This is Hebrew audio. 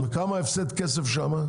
וכמה הפסד שם?